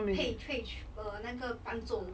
page page err 那个伴奏